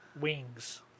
wings